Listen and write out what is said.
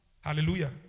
Hallelujah